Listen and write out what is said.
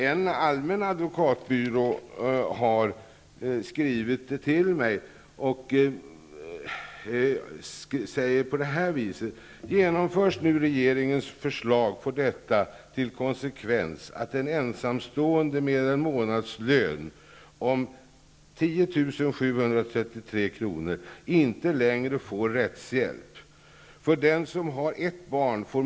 En allmän advokatbyrå har skrivit till mig, och man säger följande: Genomförs nu regeringens förslag får detta till konsekvens att en ensamstående med en månadslön på 10 733 kr. inte längre får rättshjälp.